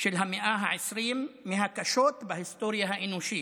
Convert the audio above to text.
של המאה ה-20, מהקשות שבהיסטוריה האנושית,